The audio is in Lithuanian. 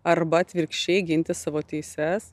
arba atvirkščiai ginti savo teises